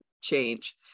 change